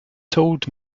told